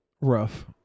rough